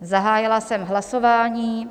Zahájila jsem hlasování.